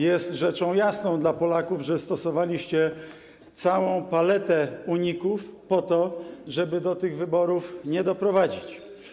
Jest rzeczą jasną dla Polaków, że stosowaliście całą paletę uników po to, żeby do tych wyborów nie doprowadzić.